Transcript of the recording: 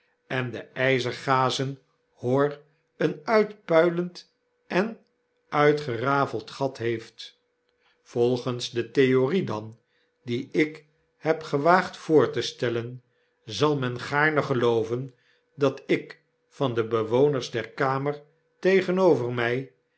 en de yzergazen hor een uitpuilend en uitgerafeld gat heeft volgens de theorie dan die ik heb gewaagd voor te stellen zal men gaarne gelooven dat ik van de bewoners der kamer tegenover my